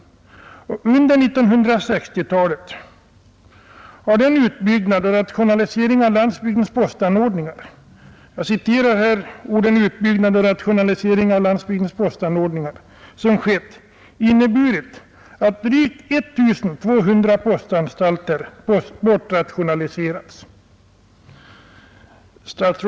Under 1960-talet har den ”utbyggnad och rationalisering av landsbygdens postanordningar” som skett inneburit att drygt 1 200 postanstalter bortrationaliserats.